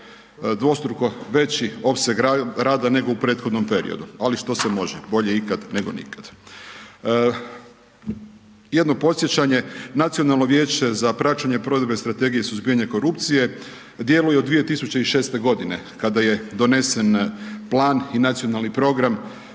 dvostruko veći opseg rada nego u prethodnom periodu ali što se može, bolje nego nikad. Jedno podsjećanje, Nacionalno vijeće za praćenje provedbe Strategije suzbijanja korupcije djeluje od 2006. g. kada je donesen plan i nacionalni program